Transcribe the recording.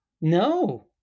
No